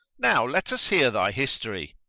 now let us hear thy history.